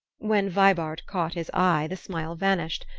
when vibart caught his eye the smile vanished,